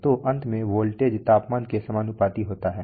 तो अंत में वोल्टेज तापमान के समानुपाती होता है